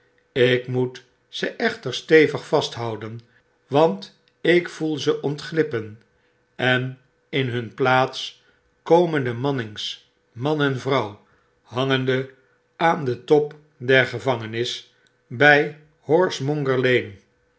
ik moet ze echter stevig vasthouden want ik voel ze ontglippen en in bun plaats komen de mannings man en vrouw hangende aan den top der gevangeois by horsemonger lane